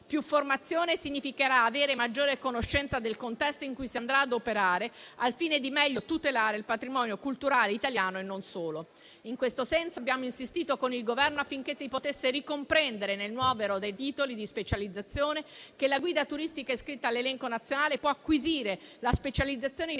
Più formazione significherà avere maggiore conoscenza del contesto in cui si andrà ad operare, al fine di meglio tutelare il patrimonio culturale italiano e non solo. In questo senso abbiamo insistito con il Governo affinché si potesse ricomprendere, nel novero dei titoli di specializzazione che la guida turistica iscritta all'elenco nazionale può acquisire, la specializzazione in attività